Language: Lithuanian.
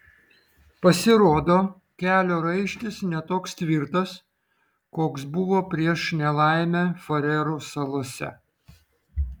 pasirodo kelio raištis ne toks tvirtas koks buvo prieš nelaimę farerų salose